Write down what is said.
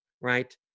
right